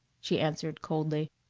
she answered coldly.